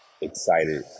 excited